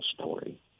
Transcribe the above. story